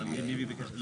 כן יש נושא נוסף,